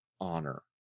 honor